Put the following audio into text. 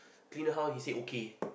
clean the house he said okay